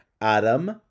Adam